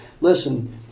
Listen